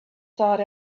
thought